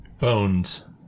Bones